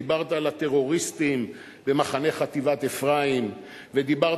דיברת על הטרוריסטים במחנה חטיבת אפרים ודיברת